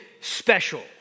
special